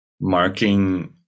marking